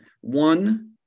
One